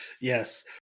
yes